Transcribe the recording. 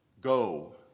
Go